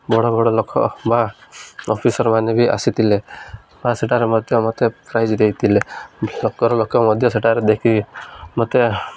ବଡ଼ ବଡ଼ ଲୋକ ବା ଅଫିସର୍ ମାନେ ବି ଆସିଥିଲେ ବା ସେଠାରେ ମଧ୍ୟ ମୋତେ ପ୍ରାଇଜ୍ ଦେଇଥିଲେ ଲୋକର ଲୋକ ମଧ୍ୟ ସେଠାରେ ଦେଖିକି ମୋତେ